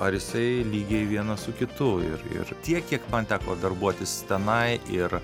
ar jisai lygiai vienas su kitu ir ir tiek kiek man teko darbuotis tenai ir